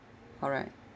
alright